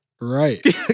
Right